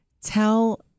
tell